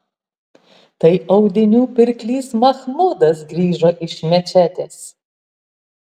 tai audinių pirklys machmudas grįžo iš mečetės